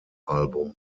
album